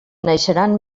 naixeran